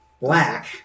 Black